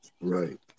Right